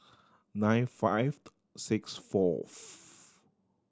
nine five six fourth